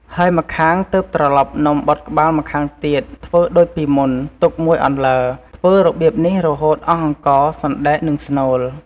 ហើយម្ខាង ទើបត្រឡប់នំបត់ក្បាលម្ខាងទៀតធ្វើដូចពីមុន ទុកមួយអន្លើ ធ្វើរបៀបនេះរហូតអស់អង្ករ សណ្ដែក និងស្នូល។